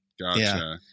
Gotcha